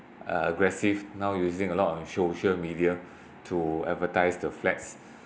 uh aggressive now using lot of social media to advertise the flats